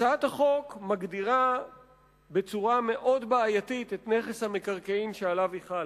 הצעת החוק מגדירה בצורה מאוד בעייתית את נכס המקרקעין שעליו היא חלה.